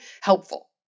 helpful